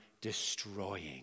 destroying